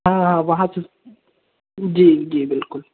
हाँ हाँ वहाँ की जी जी बिल्कुल